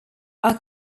are